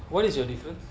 what is your different